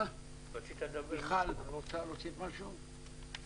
מיכל, רוצה להוסיף משהו?